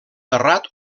terrat